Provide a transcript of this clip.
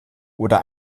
oder